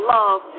love